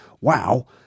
wow